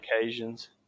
occasions